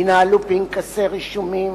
ינהלו פנקסי רישומים